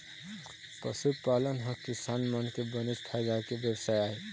पशुपालन ह किसान मन के बनेच फायदा के बेवसाय आय